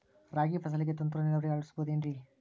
ರಾಗಿ ಫಸಲಿಗೆ ತುಂತುರು ನೇರಾವರಿ ಅಳವಡಿಸಬಹುದೇನ್ರಿ?